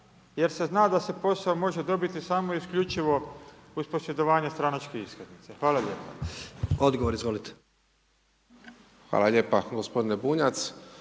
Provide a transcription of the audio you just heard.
jer se zna da se posao može dobiti samo i isključivo uz posjedovanje stranačke iskaznice. Hvala lijepa. **Jandroković, Gordan (HDZ)**